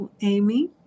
Amy